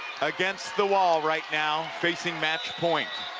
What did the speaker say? against the wall right now, facing match point